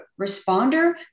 responder